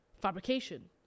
fabrication